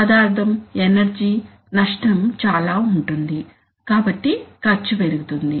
పదార్థం ఎనర్జీ నష్టం చాలా ఉంటుంది కాబట్టి ఖర్చు పెరుగుతుంది